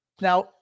Now